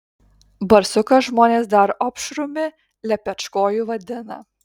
barsuką žmonės dar opšrumi lepečkoju vadina